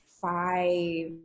five